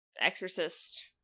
exorcist